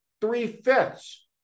three-fifths